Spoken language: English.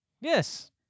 Yes